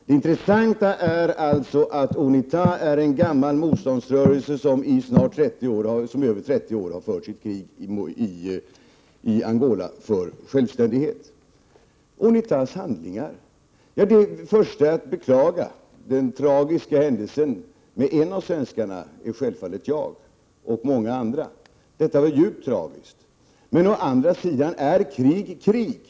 Det intressanta är alltså att UNITA är en gammal motståndsrörelse, som i över 30 år fört sitt krig för självständighet i Angola. Viola Furubjelke talade om UNITA:s handlingar. Jag liksom många andra beklagar självfallet den tragiska händelsen med en av svenskarna. Den var djupt tragisk. Men å andra sidan är krig krig.